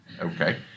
Okay